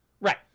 Right